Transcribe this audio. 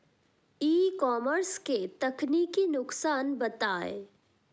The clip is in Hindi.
ई कॉमर्स के तकनीकी नुकसान बताएं?